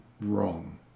wrong